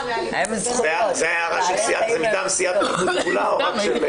זה מטעם סיעת הליכוד כולה או רק?